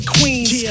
Queens